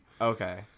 Okay